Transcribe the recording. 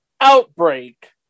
outbreak